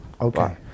okay